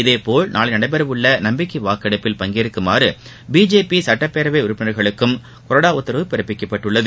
இதேபோல நாளை நடைபெறவுள்ள நம்பிக்கை வாக்கெடுப்பில் பங்கேற்குமாறு பிஜேபி சுட்டப்பேரவை உறுப்பினர்களுக்கும் கொறடா உத்தரவு பிறப்பிக்கப்பட்டுள்ளது